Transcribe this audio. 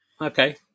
Okay